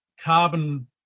Carbon